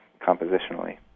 compositionally